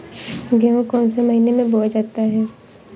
गेहूँ कौन से महीने में बोया जाता है?